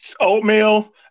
oatmeal